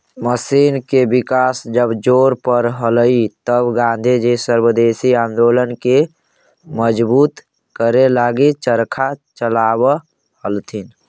machine के विकास जब जोर पर हलई तब गाँधीजी स्वदेशी आंदोलन के मजबूत करे लगी चरखा चलावऽ हलथिन